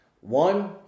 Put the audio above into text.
One